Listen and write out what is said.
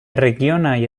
regionaj